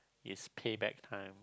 it's pay back time